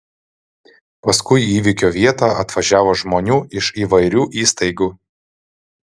paskui į įvykio vietą atvažiavo žmonių iš įvairių įstaigų